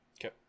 okay